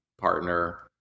partner